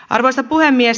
arvoisa puhemies